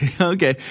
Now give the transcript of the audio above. Okay